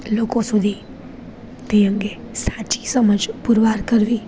લોકો સુધી તે અંગે સાચી સમજ પુરવાર કરવી